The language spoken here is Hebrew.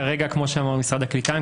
כרגע כמו שאמר משרד הקליטה,